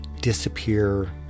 disappear